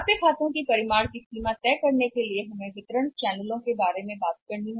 प्राप्य खातों की परिमाण की सीमा तय करने के लिए हमें बात करनी होगी वितरण के चैनल के बारे में सोचें